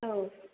औ